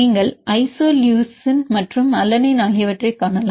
நீங்கள் ஐசோலூசின் மற்றும் அலனைன் ஆகியவற்றைக் காணலாம்